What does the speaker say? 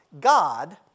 God